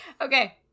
okay